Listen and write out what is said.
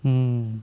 mm